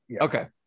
Okay